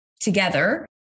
together